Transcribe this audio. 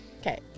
Okay